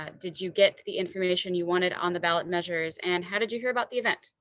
ah did you get to the information you want it on the ballot measures and how did you hear about the event.